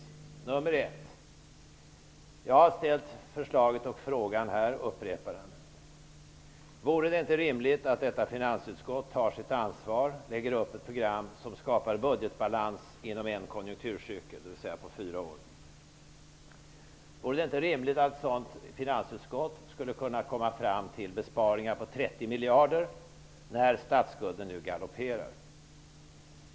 För det första har jag här ställt förslaget och frågan, och jag upprepar den: Vore det inte rimligt att detta finansutskott tar sitt ansvar och lägger upp ett program som skapar budgetbalans inom en konjunkturcykel, dvs. på fyra år? Vore det inte rimligt att ett sådant finansutskott skulle kunna komma fram till besparingar på 30 miljarder när statsskulden nu galopperar?